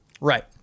right